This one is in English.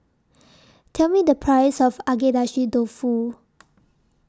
Tell Me The Price of Agedashi Dofu